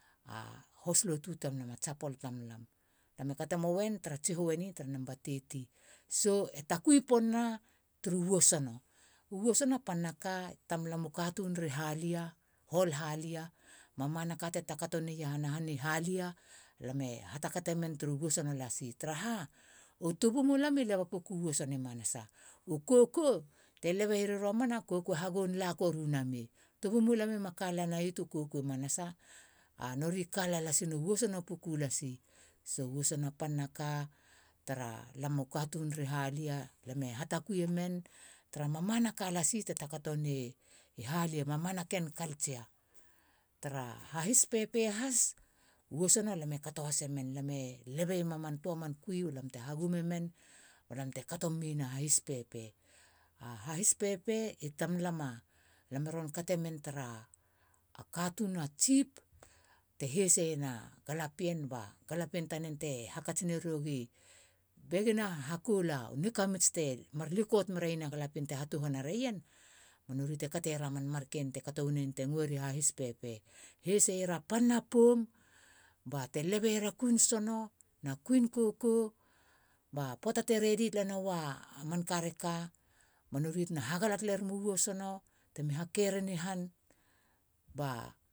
A hoslotu tamlam a chapel tamlam. lame kato muen tara tsiho ni thirty tara tsiho ni. e takui pon na tru wosono. u wosono panaka tamlam u katun ri halia. whole halia. mamana ka te takotona iahana han i halia. lam e hatakatemen turu wesono lasi tara ha u tubumulam i leba puku wisono manasa. u koko lebeier i romana. koko e hagon lakoruname. tubulam e ma e makala mei tu koko i manasa. a nori kalala lasi wisono puku lasi. wisono panaka tara lam u katun ri halia. llam e hatakui emen tra mamana ken culture tra hahis pepe has wisono lam e kato hasemen. me lebeiema man tua man kui bate hagumemen balamte katomen a hahis pepe. a hahis pepe i tamlam a lam e ron katemen tara a katun a chief te haseiena galapien ba galapien tanen te hakats naro gi. na hakol a nikamits te mar likot mereiena galapien te hatuhana reien. ba nori te kateiera mar manken te kato waneni te nguera hahis pepe heseiera pana poum bante leba iera kuin sono na kuin koko ba poata te redi tala nua manka reka banori te hagala talerumu wesono ba te hakereni han ba